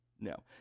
No